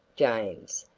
james,